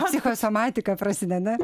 psichosomatika prasideda